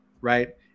Right